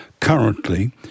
currently